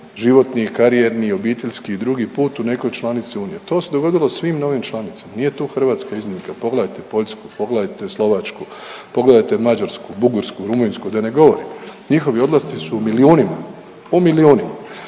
životni i karijerni obiteljski i drugi put u nekoj članici Unije. To se dogodilo svim novim članicama. Nije tu Hrvatska iznimka. Pogledajte Poljsku, pogledajte Slovačku, pogledajte Mađarsku, Bugarsku, Rumunjsku da ne govorim. Njihovi odlasci su u milijunima. S druge